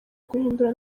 guhindura